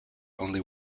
only